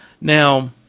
Now